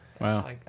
Wow